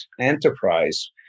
enterprise